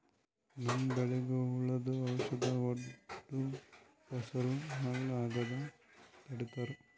ನಮ್ಮ್ ಬೆಳಿಗ್ ಹುಳುದ್ ಔಷಧ್ ಹೊಡ್ದು ಫಸಲ್ ಹಾಳ್ ಆಗಾದ್ ತಡಿತಾರ್